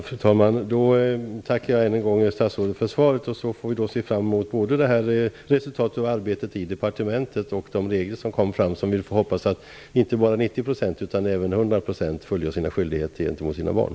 Fru talman! Då tackar jag statsrådet än en gång för svaret. Jag ser fram emot både resultatet av arbetet i departementet och de nya reglerna. Vi får hoppas att i framtiden inte bara 90 % utan 100 % fullgör sina skyldigheter gentemot sina barn.